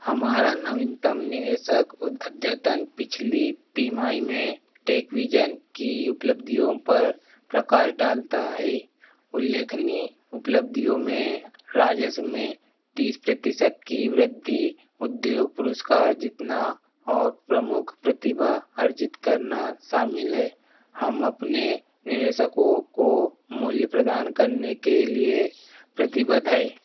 हमारा नवीनतम निवेशक अद्यतन पिछली तिमाही में टेकविजन की उपलब्धियों पर प्रकाश डालता है उल्लेखनीय उपलब्धियों में राजस्व में तीस प्रतिशत की वृद्धि उद्योग पुरस्कार जितना और प्रमुख प्रतिभा अर्जित करना शामिल हैं हम अपने निवेशकों को मूल्य प्रदान करने के लिए प्रतिबद्ध हैं